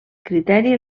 criteri